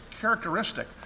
characteristic